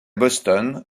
boston